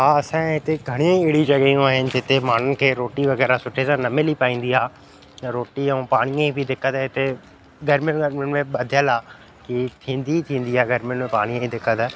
हा असांजे हिते घणे ई अहिड़ियूं जॻहियूं आहिनि जिते माण्हुनि खे रोटी वग़ैरह सुठे सां न मिली पाईंदी आहे त रोटी ऐं पाणीअ जी बि दिक़त हिते गरमियुनि बरमियुनि में बधियलु आहे हीअ थींदी ई थींदी आहे गरमियुनि में पाणीअ जी दिक़त